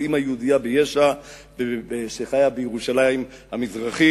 אמא יהודייה שחיה ביש"ע ובירושלים המזרחית